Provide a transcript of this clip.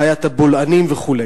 בעיית הבולענים וכו'.